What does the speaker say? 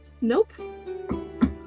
Nope